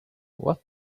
what